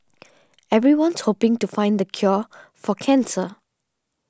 everyone's hoping to find the cure for cancer